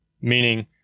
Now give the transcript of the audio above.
meaning